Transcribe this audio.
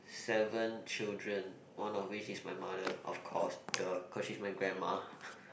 seven children one of which is my mother of course !duh! cause she is my grandma